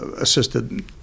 assisted